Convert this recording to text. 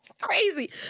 Crazy